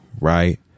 right